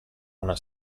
una